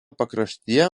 pakraštyje